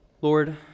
Lord